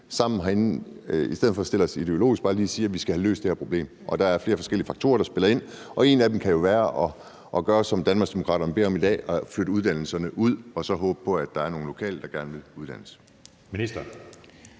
i stedet for at stille os ideologisk bare lige siger, at vi skal have løst det her problem. Der er flere forskellige faktorer, der spiller ind, og en af dem kunne jo være at gøre, som Danmarksdemokraterne beder om i dag, og flytte uddannelserne ud og så håbe på, at der er nogle lokale, der gerne vil uddannes.